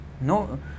no